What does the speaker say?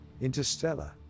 Interstellar